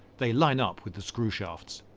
they line up with the screw shafts.